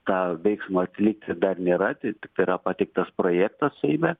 tą veiksmą atlikti dar nėra tai tiktai yra pateiktas projektas seime